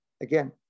again